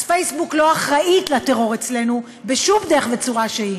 אז פייסבוק לא אחראית לטרור אצלנו בשום דרך וצורה שהיא,